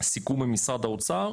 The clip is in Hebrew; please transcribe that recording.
הסיכום עם משרד האוצר,